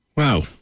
Wow